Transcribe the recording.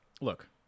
look